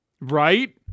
Right